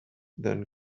than